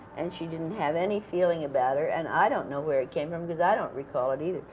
and she didn't have any feeling about her, and i don't know where it came from because i don't recall it, either.